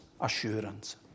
assurance